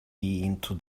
into